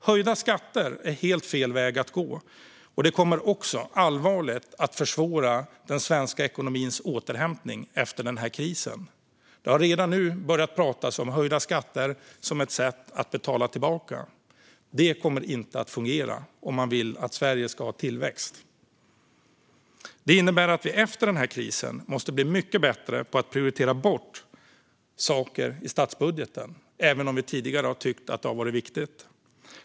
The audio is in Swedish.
Höjda skatter är helt fel väg att gå - det kommer allvarligt att försvåra den svenska ekonomins återhämtning efter krisen. Det har redan nu börjat pratas om höjda skatter som ett sätt att betala tillbaka. Det kommer inte att fungera om man vill att Sverige ska ha tillväxt. Det innebär att vi efter den här krisen måste bli mycket bättre på att prioritera bort saker i statsbudgeten, även sådant som vi tidigare har tyckt varit viktigt.